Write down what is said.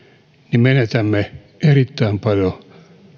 niin menetämme erittäin paljon